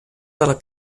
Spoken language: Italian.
dalla